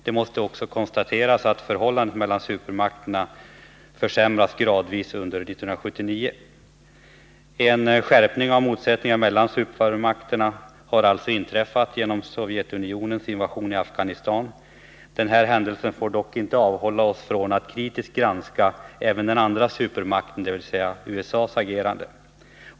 Det måste också konstateras att förhållandet mellan supermakterna har försämrats gradvis under 1979. En skärpning av motsättningarna mellan supermakterna har alltså inträffat genom Sovjetunionens invasion i Afghanistan. Denna händelse får dock inte avhålla oss från att kritiskt granska också den andra supermaktens. dvs. USA:s, agerande.